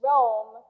Rome